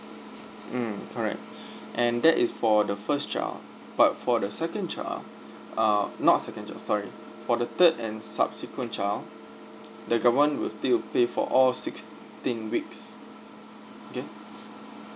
mm correct and that is for the first child but for the second child uh not second child sorry for the third and subsequent child the government will still pay for all sixteen weeks okay